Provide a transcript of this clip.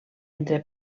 entre